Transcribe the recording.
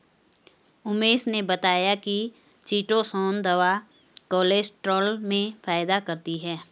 उमेश ने बताया कि चीटोसोंन दवा कोलेस्ट्रॉल में फायदा करती है